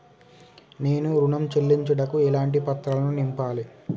నేను ఋణం చెల్లించుటకు ఎలాంటి పత్రాలను నింపాలి?